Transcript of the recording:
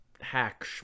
hack